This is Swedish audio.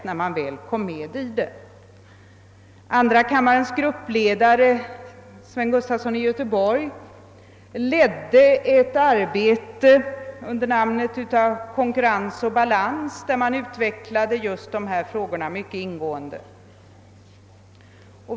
Folkpartiets gruppledare i andra kammaren, herr Sven Gustafson i Göteborg, ledde ett arbete benämnt >Konkurrens och balans», som utvecklade och behandlade just dessa frågor mycket ingående.